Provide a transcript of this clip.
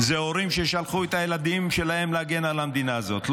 אלה הורים ששלחו את הילדים שלהם להגן על המדינה הזאת.